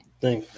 Thanks